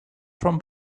from